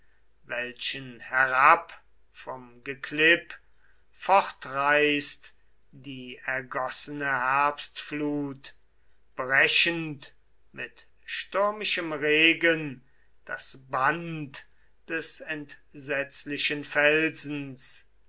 welchen herab vom geklipp fortreißt die ergossene herbstflut brechend mit stürmischem regen das band des entsetzlichen felsens